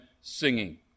singing